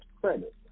credit